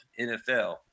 NFL